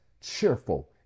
cheerful